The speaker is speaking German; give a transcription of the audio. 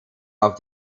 auf